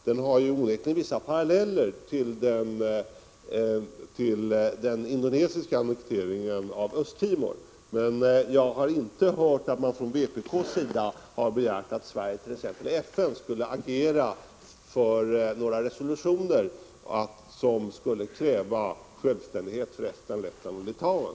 Den har onekligen vissa paralleller med den indonesiska annekteringen av Östra Timor. Jag har inte hört att man från vpk:s sida begärt att Sverige t.ex. i FN skulle agera för några resolutioner där det skulle krävas självständighet för Estland, Lettland och Litauen.